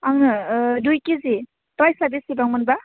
आंनो ओह दुइ किजि फ्राइजआ बेसेबां मोनबा